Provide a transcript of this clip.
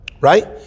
Right